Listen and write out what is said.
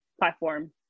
platform